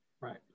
Right